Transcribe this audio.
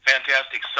fantastic